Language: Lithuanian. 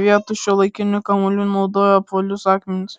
vietoj šiuolaikinių kamuolių naudojo apvalius akmenis